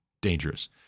dangerous